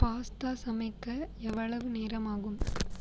pasta சமைக்க எவ்வளவு நேரம் ஆகும்